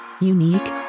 Unique